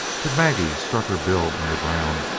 but maggie stuck her bill in the ground,